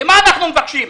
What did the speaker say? למה אנחנו מבקשים?